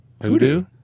Voodoo